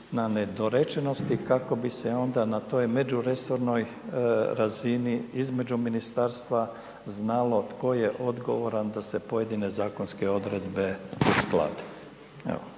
na nedorečenosti kako bi se onda na toj međuresornoj razini između ministarstva znalo tko je odgovoran da se pojedine zakonske odredbe usklade.